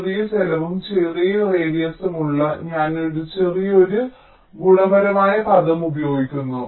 ചെറിയ ചെലവും ചെറിയ റേഡിയസ് ഉള്ള ഞാൻ ചെറിയ ഒരു ഗുണപരമായ പദം ഉപയോഗിക്കുന്നു